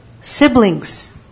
Siblings